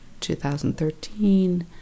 2013